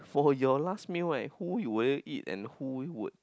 for your last meal right who will you eat and who would